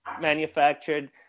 manufactured